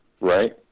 right